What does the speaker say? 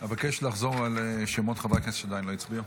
אבקש לחזור על שמות חברי הכנסת שעדיין לא הצביעו.